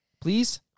Please